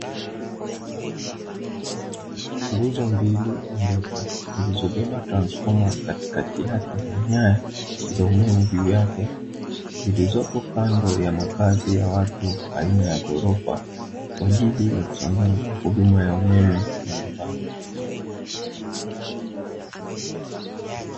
Nguzo mbili ndefu zilizobeba transfoma katikati yake na nyaya za umeme juu yake, zilizopo kando ya makazi ya watu aina ya ghorofa kwa ajili ya kusambaza huduma ya umeme majumbani.